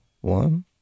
one